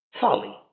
folly